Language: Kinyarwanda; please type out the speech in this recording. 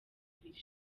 ibiri